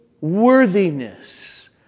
worthiness